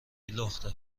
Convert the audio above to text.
لخته